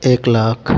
एक लाख